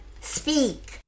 speak